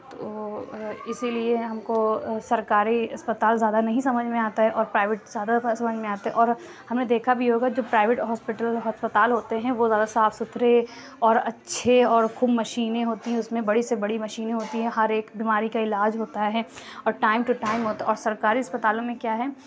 تو اسی لیے ہم کو سرکاری اسپتال زیادہ نہیں سمجھ میں آتا ہے اور پرائیوٹ زیادہ سمجھ میں آتا ہے اور ہم نے دیکھا بھی ہوگا جو پرائیوٹ ہاسپٹل ہسپتال ہوتے ہیں وہ زیادہ صاف ستھرے اور اچھے اور خوب مشینیں ہوتی ہیں اس میں بڑی سے بڑی مشینیں ہوتی ہیں ہر ایک بیماری کا علاج ہوتا ہے اور ٹائم ٹو ٹائم ہوتا ہے اور سرکاری اسپتالوں میں کیا ہے